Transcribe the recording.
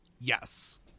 yes